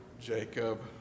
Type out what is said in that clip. jacob